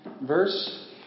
verse